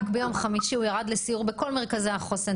רק ביום חמישי הוא ירד לסיור בכל מרכזי החוסן.